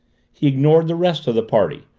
he ignored the rest of the party,